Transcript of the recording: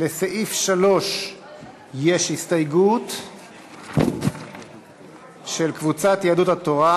לסעיף 3 יש הסתייגות של קבוצת יהדות התורה.